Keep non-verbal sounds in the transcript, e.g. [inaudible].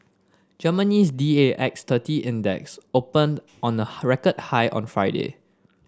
Germany's D A X thirty Index opened on a [unintelligible] record high on Friday